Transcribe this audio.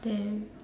then